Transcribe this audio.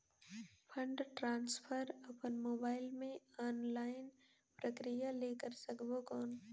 Fund transfer अपन mobile मे online प्रक्रिया ले कर सकबो कौन?